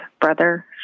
brother